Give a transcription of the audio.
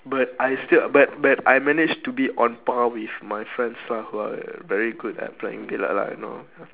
but I still but but I managed to be on par with my friends lah who are very good at playing billiard lah you know